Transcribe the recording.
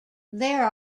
there